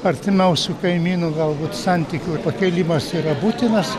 artimiausių kaimynų galbūt santykių pakėlimas yra būtinas